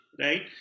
right